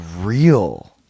real